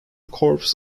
crops